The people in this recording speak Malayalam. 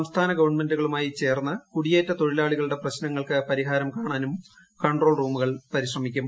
സംസ്ഥാന ഗവൺമെന്റുകളുമായി ചേർന്ന് കുടിയേറ്റ തൊഴിലാളികളുടെ പ്രശ്നങ്ങൾക്ക് പരിഹാരം കാണാനും കൺട്രോൾ റൂമുകൾ ശ്രമിക്കും